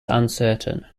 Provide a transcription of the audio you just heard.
uncertain